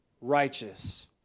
righteous